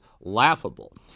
laughable